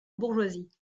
bourgeoisie